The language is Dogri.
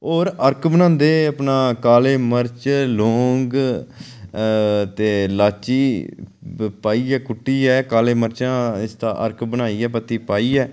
होर अर्क बनांदे अपना काले मर्च लौंग ते इलाची पाइयै कुट्टियै काले मर्चें दा इसदा अर्क बनाइयै पत्ती पाइयै